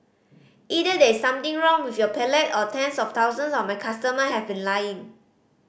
either there is something wrong with your palate or tens of thousands of my customer have been lying